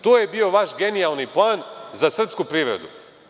To je bio vaš genijalni poen za srpsku privredu.